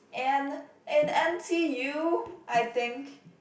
and in N_t_U I think